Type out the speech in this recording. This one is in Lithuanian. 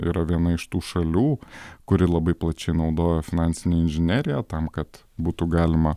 yra viena iš tų šalių kuri labai plačiai naudoja finansinę inžineriją tam kad būtų galima